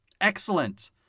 Excellent